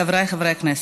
חבריי חברי הכנסת,